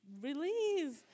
release